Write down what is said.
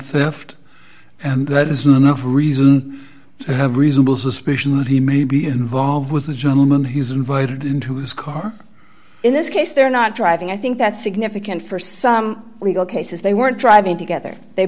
theft and that is enough reason to have reasonable suspicion that he may be involved with the gentleman he's invited into his car in this case they're not driving i think that's significant for some legal cases they were driving together they